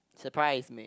surprise me